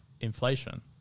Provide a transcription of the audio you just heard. inflation